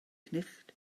cnicht